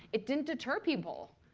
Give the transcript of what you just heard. it didn't deter people.